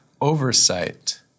oversight